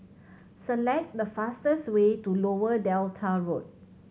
select the fastest way to Lower Delta Road